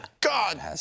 God